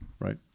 Right